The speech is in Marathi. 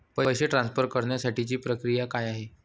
पैसे ट्रान्सफर करण्यासाठीची प्रक्रिया काय आहे?